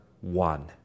one